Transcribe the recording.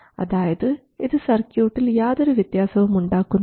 അതായത് ഇത് സർക്യൂട്ടിൽ യാതൊരു വ്യത്യാസവും ഉണ്ടാക്കുന്നില്ല